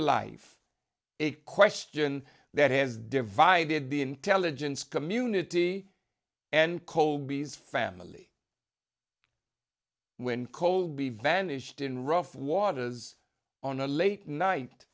life a question that has divided the intelligence community and colby's family when colby vanished in rough waters on a late night